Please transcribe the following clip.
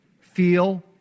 feel